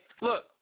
Look